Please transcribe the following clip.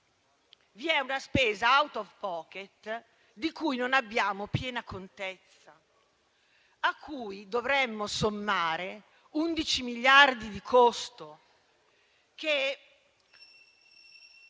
vi è una spesa *out of pocket* di cui non abbiamo piena contezza, a cui dovremmo sommare 11 miliardi di costo che